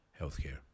healthcare